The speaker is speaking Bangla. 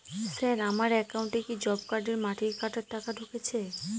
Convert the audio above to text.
স্যার আমার একাউন্টে কি জব কার্ডের মাটি কাটার টাকা ঢুকেছে?